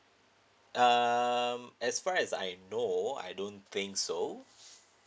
um as far as I know I don't think so